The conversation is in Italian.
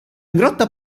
grotta